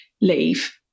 leave